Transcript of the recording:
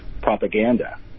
propaganda